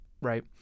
right